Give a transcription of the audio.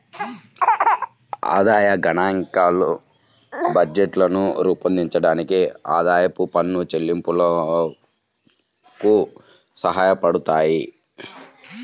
ఆదాయ గణాంకాలు బడ్జెట్లను రూపొందించడానికి, ఆదాయపు పన్ను చెల్లింపులకు సహాయపడతాయి